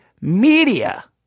media